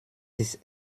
ist